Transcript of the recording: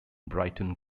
brighton